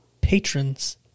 patrons